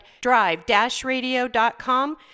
drive-radio.com